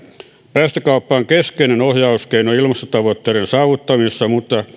päästökauppa on keskeinen ohjauskeino ilmastotavoitteiden saavuttamisessa